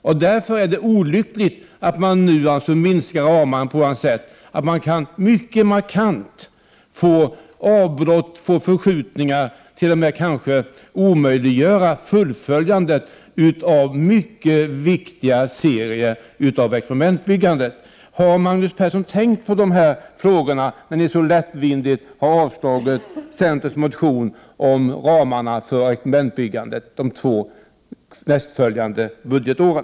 Det är därför olyckligt att man nu minskar ramarna så, att det på ett mycket markant sätt kan ske avbrott, förskjutningar — det kanske t.o.m. kan bli omöjligt att fullfölja mycket viktiga serier av experimentbyggande. Har Magnus Persson tänkt på de här frågorna när man på ett sådant lättvindigt sätt avstyrkt centerns förslag om ramar för lån till experimentbyggande de två nästföljande budgetåren?